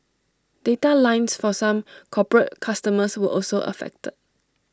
data lines for some corporate customers were also affected